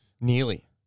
Nearly